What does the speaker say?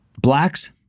blacks